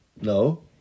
No